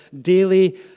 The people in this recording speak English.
daily